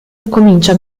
incomincia